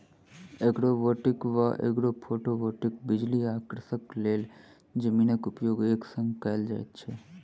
agrovoltaic वा agrophotovoltaic बिजली आ कृषिक लेल जमीनक उपयोग एक संग कयल जाइत छै